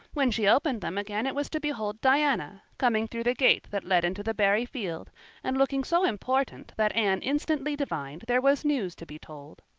when she opened them again it was to behold diana coming through the gate that led into the barry field and looking so important that anne instantly divined there was news to be told.